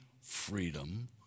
freedom